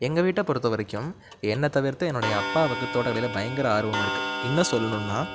எங்கள் வீட்டை பொறுத்த வரைக்கும் என்னை தவிர்த்து என்னுடைய அப்பாவுக்கு தோட்டக்கலையில் பயங்கர ஆர்வம் இருக்குது இன்னும் சொல்லணுன்னா